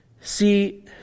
See